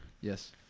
Yes